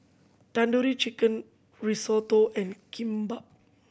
Tandoori Chicken Risotto and Kimbap